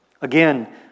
Again